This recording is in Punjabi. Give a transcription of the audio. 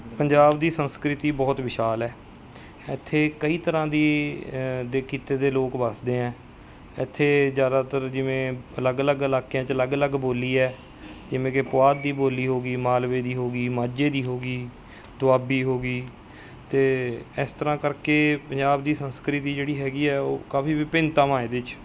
ਪੰਜਾਬ ਦੀ ਸੰਸਕ੍ਰਿਤੀ ਬਹੁਤ ਵਿਸ਼ਾਲ ਹੈ ਇੱਥੇ ਕਈ ਤਰ੍ਹਾਂ ਦੀ ਦੇ ਕਿੱਤੇ ਦੇ ਲੋਕ ਵੱਸਦੇ ਹੈ ਇੱਥੇ ਜ਼ਿਆਦਾਤਰ ਜਿਵੇਂ ਅਲੱਗ ਅਲੱਗ ਇਲਾਕਿਆਂ 'ਚ ਅਲੱਗ ਅਲੱਗ ਬੋਲੀ ਹੈ ਜਿਵੇਂ ਕਿ ਪੁਆਧ ਦੀ ਬੋਲੀ ਹੋ ਗਈ ਮਾਲਵੇ ਦੀ ਹੋ ਗਈ ਮਾਝੇ ਦੀ ਹੋ ਗਈ ਦੁਆਬੀ ਹੋ ਗਈ ਅਤੇ ਇਸ ਤਰ੍ਹਾਂ ਕਰਕੇ ਪੰਜਾਬ ਦੀ ਸੰਸਕ੍ਰਿਤੀ ਜਿਹੜੀ ਹੈਗੀ ਹੈ ਉਹ ਕਾਫੀ ਵਿਭਿੰਨਤਾਵਾਂ ਇਹਦੇ 'ਚ